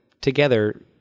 together